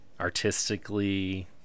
artistically